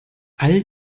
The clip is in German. all